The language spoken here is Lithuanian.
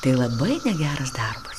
tai labai negeras darbas